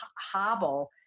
hobble